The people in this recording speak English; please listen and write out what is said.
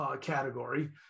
category